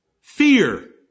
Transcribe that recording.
Fear